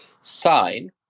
sign